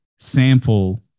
sample